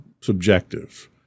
subjective